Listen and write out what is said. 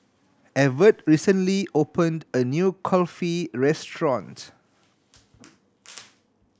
Evertt recently opened a new Kulfi restaurant